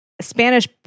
Spanish